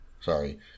Sorry